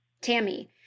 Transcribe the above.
Tammy